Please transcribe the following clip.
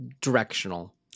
directional